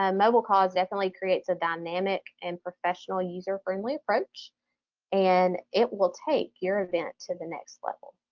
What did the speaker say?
um mobilecause definitely creates a dynamic and professional user friendly approach and it will take your event to the next level.